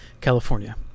California